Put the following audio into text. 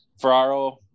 Ferraro